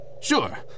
Sure